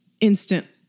instantly